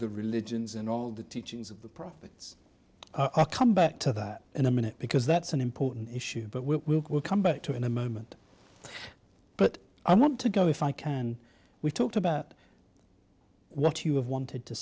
the religions and all the teachings of the prophets are come back to that in a minute because that's an important issue but we'll come back to in a moment but i want to go if i can we talked about what you have wanted to